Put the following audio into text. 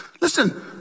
Listen